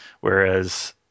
Whereas